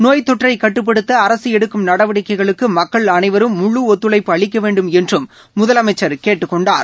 நோய் தொற்றை கட்டுப்படுத்த அரக எடுக்கும் நடவடிக்கைகளுக்கு மக்கள் அனைவரும் முழு ஒத்துழைப்பு அளிக்க வேண்டும் என்றும் முதலமைச்சர் கேட்டுக்கொண்டார்